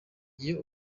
iyo